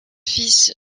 fils